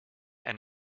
ein